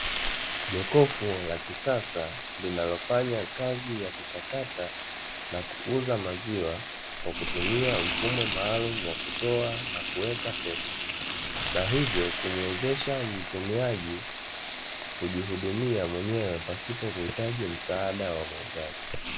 Jokofu la kisasa linalofanya kazi ya kuchakata na kuuza maziwa kwa kutumia mfumo maalumu wa kutoa na kuweka pesa, na hivyo kumwezesha mtumiaji kujihudumia mwenyewe pasipo kuhitaji misaada wa muuzaji.